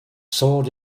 sword